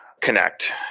connect